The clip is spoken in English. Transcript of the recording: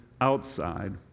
outside